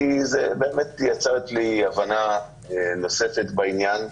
כי זה באמת יצר אצלי הבנה נוספת בעניין,